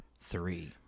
three